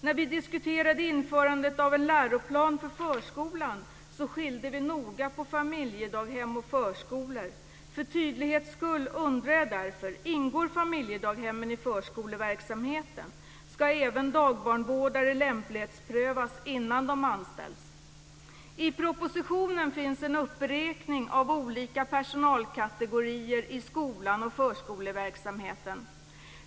När vi diskuterade införandet av en läroplan för förskolan skilde vi noga på familjedaghem och förskolor. För tydlighetens skull undrar jag därför: Ingår familjedaghemmen i förskoleverksamheten? Ska även dagbarnvårdare lämplighetsprövas innan de anställs? I propositionen finns en uppräkning av olika personalkategorier i skolan och förskoleverksamheten.